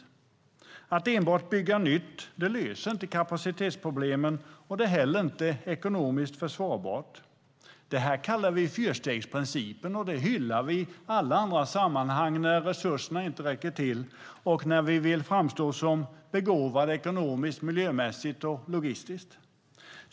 Att enbart bygga nytt löser inte kapacitetsproblemen, och det är heller inte ekonomiskt försvarbart. Det här kallar vi fyrstegsprincipen, och det hyllar vi i alla andra sammanhang när resurserna inte räcker till och när vi vill framstå som begåvade ekonomiskt, miljömässigt och logistiskt.